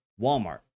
Walmart